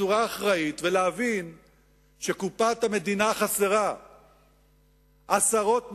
בצורה אחראית ולהבין שקופת המדינה חסרה עשרות מיליארדים,